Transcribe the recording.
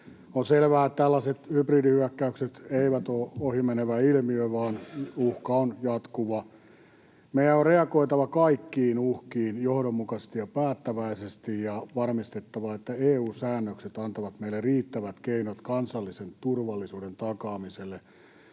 On selvää, että tällaiset hybridihyökkäykset eivät ole ohimenevä ilmiö vaan uhka on jatkuva. Meidän on reagoitava kaikkiin uhkiin johdonmukaisesti ja päättäväisesti ja varmistettava, että EU-säännökset antavat meille riittävät keinot kansallisen turvallisuuden takaamiselle.